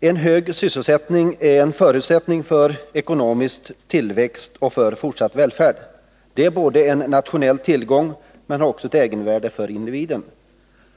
En hög sysselsättning är en förutsättning för ekonomisk tillväxt och för fortsatt välfärd. Det är en nationell tillgång, men det har också ett egenvärde för individen.